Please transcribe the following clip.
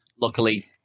Luckily